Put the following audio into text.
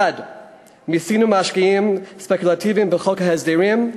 1. מיסינו משקיעים ספקולטיביים בחוק ההסדרים,